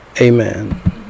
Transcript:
Amen